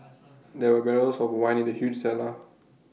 there were barrels of wine in the huge cellar